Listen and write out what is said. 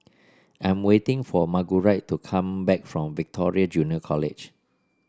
I'm waiting for Margurite to come back from Victoria Junior College